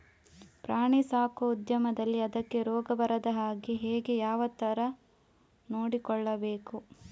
ಪ್ರಾಣಿ ಸಾಕುವ ಉದ್ಯಮದಲ್ಲಿ ಅದಕ್ಕೆ ರೋಗ ಬಾರದ ಹಾಗೆ ಹೇಗೆ ಯಾವ ತರ ನೋಡಿಕೊಳ್ಳಬೇಕು?